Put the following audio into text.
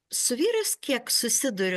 su vyrais kiek susiduriu